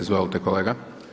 Izvolite kolega.